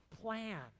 plan